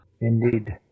Indeed